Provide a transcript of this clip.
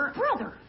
brother